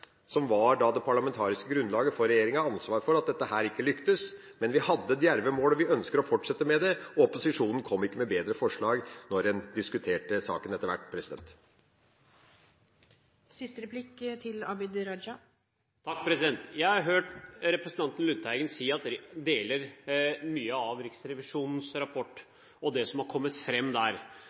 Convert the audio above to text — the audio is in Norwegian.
som var det parlamentariske grunnlaget for regjeringa – ta ansvar for at dette ikke lyktes. Men vi hadde djerve mål, vi ønsker å fortsette med det, og opposisjonen kom ikke med bedre forslag når en diskuterte saken etter hvert. Jeg har hørt representanten Lundteigen si at han deler mye av det som har kommet